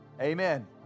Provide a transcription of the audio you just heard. Amen